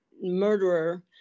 murderer